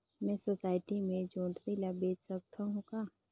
मैं सोसायटी मे जोंदरी ला बेच सकत हो का?